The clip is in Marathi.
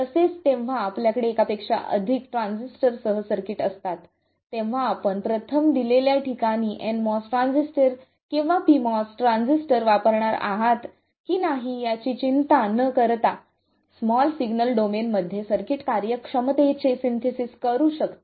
तसेच जेव्हा आपल्याकडे एकापेक्षा अधिक ट्रान्झिस्टरसह सर्किट असतात तेव्हा आपण प्रथम दिलेल्या ठिकाणी nMOS ट्रान्झिस्टर किंवा pMOS ट्रान्झिस्टर वापरणार आहात की नाही याची चिंता न करता स्मॉल सिग्नल डोमेनमध्ये सर्किट कार्यक्षमतेचे सिंथेसाइज करू शकता